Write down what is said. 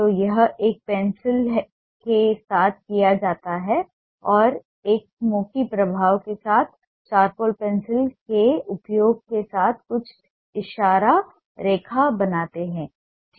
तो यह एक पेंसिल के साथ किया जाता है और एक स्मोकी प्रभाव के साथ चारकोल पेंसिल के उपयोग के साथ कुछ इशारा रेखा बनाता है